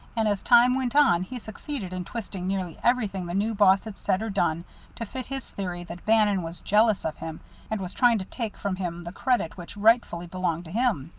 and as time went on he succeeded in twisting nearly everything the new boss had said or done to fit his theory that bannon was jealous of him and was trying to take from him the credit which rightfully belonged to him.